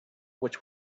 which